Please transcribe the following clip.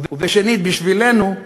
ושנית בשבילנו,